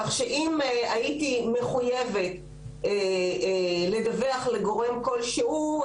כך שאם הייתי מחויבת לדווח לגורם כל שהוא,